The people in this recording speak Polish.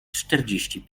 czterdzieści